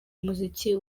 muziki